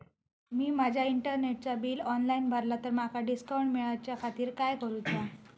मी माजा इंटरनेटचा bill online भरला तर माका डिस्काउंट मिलाच्या खातीर काय करुचा?